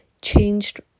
changed